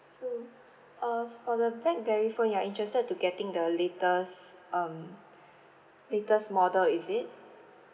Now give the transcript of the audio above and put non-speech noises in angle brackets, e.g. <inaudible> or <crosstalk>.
so uh for the blackberry phone you are interested to getting the latest um <breath> latest model is it